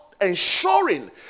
ensuring